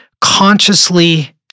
consciously